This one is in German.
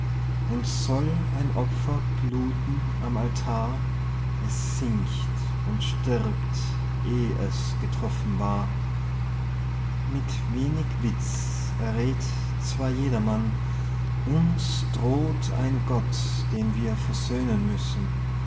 und soll ein opfer bluten am altar es sinkt und stirbt eh es getroffen war mit wenig witz erräth zwar jedermann uns droht ein gott den wir versöhnen müssen